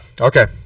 okay